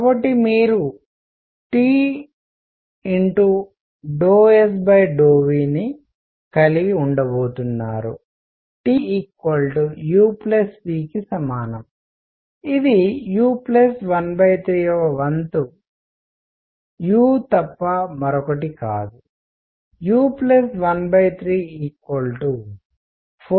కాబట్టి మీరు T 𝝏S 𝝏 V ను కలిగి ఉండబోతున్నారు T U p కి సమానం ఇది U 1 3 వంతు U తప్ప మరొకటి కాదు U 1 3 4 3 U